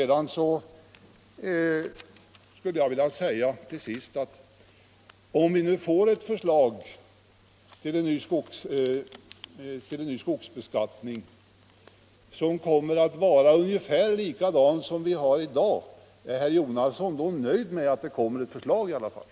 Till sist skulle jag vilja fråga: Om vi nu får ett förslag till ny skogsbeskattning, som blir ungefär likadan som den vi har i dag, är herr Jonasson då nöjd med att det i alla fall kommer ett förslag?